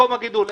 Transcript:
מקום הגידול.